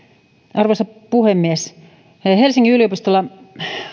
arvoisa puhemies helsingin yliopistolla